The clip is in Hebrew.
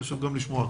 חשוב גם לשמוע אותך.